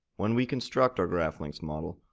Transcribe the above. when we construct our graphlinksmodel,